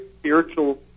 spiritual